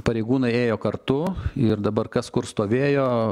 pareigūnai ėjo kartu ir dabar kas kur stovėjo